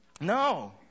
No